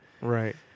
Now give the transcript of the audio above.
Right